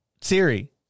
Siri